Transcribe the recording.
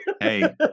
Hey